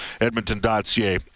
Edmonton.ca